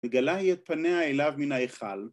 ‫מגלה היא את פניה אליו מן ההיכל.